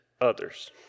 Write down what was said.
others